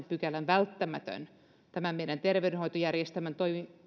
pykälän välttämätön toimenpide tämän meidän terveydenhoitojärjestelmämme